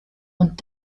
und